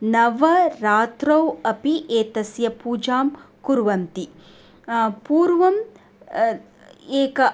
नव रात्रौ अपि एतस्य पूजां कुर्वन्ति पूर्वम् एकम्